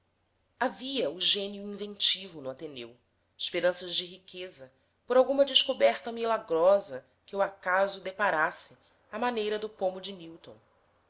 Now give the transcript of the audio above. havia o gênio inventivo no ateneu esperanças de riqueza por alguma descoberta milagrosa que o acaso deparasse à maneira do pomo de newton